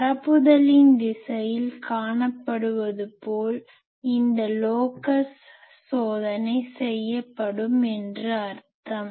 பரப்புதலின் திசையில் காணப்படுவது போல் அந்த லோகஸ் சோதனை செய்யப்படும் என்று அர்த்தம்